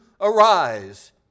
arise